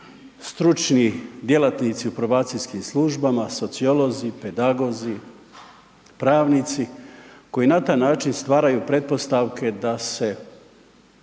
stručni djelatnici u probacijskim službama, sociolozi, pedagozi, pravnici koji na taj način stvaraju pretpostavke da se